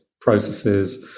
processes